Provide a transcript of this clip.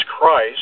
Christ